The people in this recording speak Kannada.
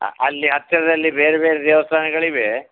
ಅಲ್ಲಿ ಹತ್ತಿರದಲ್ಲಿ ಬೇರೆ ಬೇರೆ ದೇವಸ್ಥಾನಗಳಿವೆ